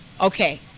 Okay